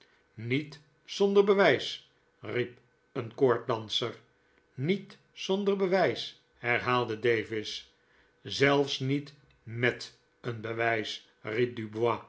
niet zonder bewijs riep een koorddanser niet zonder bewijs herhaalde davis zelfs niet met een bewijs riep